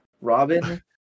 Robin